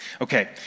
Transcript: Okay